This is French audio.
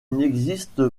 n’existe